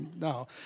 no